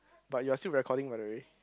but you're still recording by the way